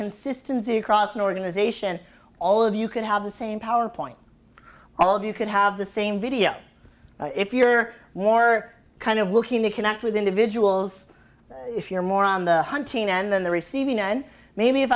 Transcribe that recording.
consistency across an organization all of you can have the same powerpoint all of you could have the same video if you're more kind of looking to connect with individuals if you're more on the hunting and then the receiving end maybe if